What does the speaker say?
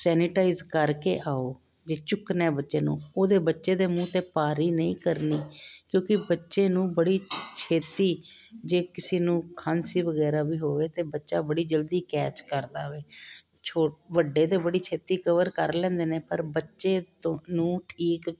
sanitise ਕਰਕੇ ਆਓ ਜੇ ਚੁੱਕਣਾ ਬੱਚੇ ਨੂੰ ਉਹਦੇ ਬੱਚੇ ਦੇ ਮੂੰਹ 'ਤੇ ਪਾਰੀ ਨਹੀਂ ਕਰਨੀ ਕਿਉਂਕਿ ਬੱਚੇ ਨੂੰ ਬੜੀ ਛੇਤੀ ਜੇ ਕਿਸੇ ਨੂੰ ਖਾਂਸੀ ਵਗੈਰਾ ਵੀ ਹੋਵੇ ਤਾਂ ਬੱਚਾ ਬੜੀ ਜਲਦੀ ਕੈਚ ਕਰਦਾ ਵੇ ਛੋ ਵੱਡੇ ਤਾਂ ਬੜੀ ਛੇਤੀ ਕਵਰ ਕਰ ਲੈਂਦੇ ਨੇ ਪਰ ਬੱਚੇ ਤੋਂ ਨੂੰ ਠੀਕ